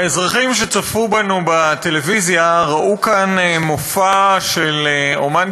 האזרחים שצפו בנו בטלוויזיה ראו כאן מופע של אמן